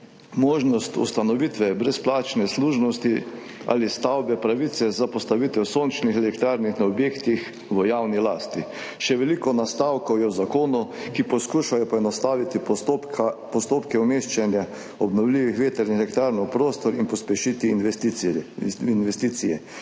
Možnost ustanovitve brezplačne služnosti ali stavbne pravice za postavitev sončnih elektrarn na objektih v javni lasti. V zakonu je še veliko nastavkov, ki poskušajo poenostaviti postopke umeščanja obnovljivih vetrnih elektrarn v prostor in pospešiti investicije,